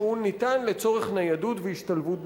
שניתן לצורך ניידות והשתלבות בחברה.